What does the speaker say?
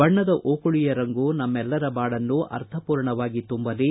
ಬಣ್ಣದ ಓಕುಳಿಯ ರಂಗು ನಮ್ಮೆಲ್ಲರ ಬಾಳನ್ನು ಅರ್ಥಪೂರ್ಣವಾಗಿ ತುಂಬಲಿ